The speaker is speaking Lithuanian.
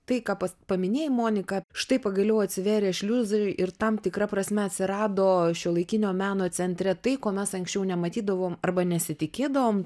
tai ką paminėjai monika štai pagaliau atsivėrė šliuzai ir tam tikra prasme atsirado šiuolaikinio meno centre tai ko mes anksčiau nematydavom arba nesitikėdavom